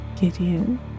Gideon